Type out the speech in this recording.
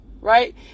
right